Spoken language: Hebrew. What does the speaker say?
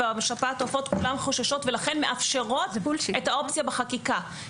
אנחנו בשפעת עופות וכולן חוששות ולכן מאפשרות את האופציה בחקיקה.